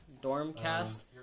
Dormcast